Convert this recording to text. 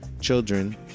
children